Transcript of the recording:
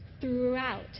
throughout